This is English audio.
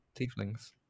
tieflings